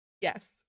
Yes